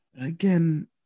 Again